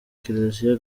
kiliziya